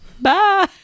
bye